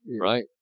Right